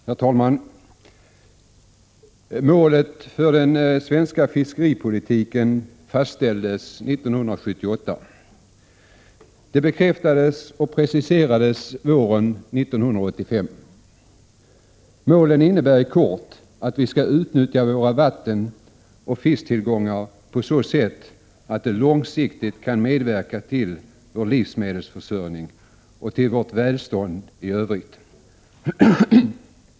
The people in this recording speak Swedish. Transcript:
Herr talman! Målet för den svenska fiskeripolitiken fastställdes 1978. Det bekräftades och preciserades våren 1985. Målen innebär i korthet att vi skall utnyttja våra vatten och fisktillgångar på så sätt att de långsiktigt kan medverka till vår livsmedelsförsörjning och till vårt välstånd i övrigt.